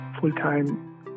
full-time